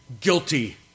guilty